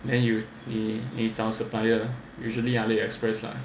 then you 你找 supplier usually Aliexpress lah